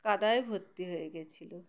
কাদায় ভর্তি হয়ে গিয়েছিল